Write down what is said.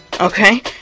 Okay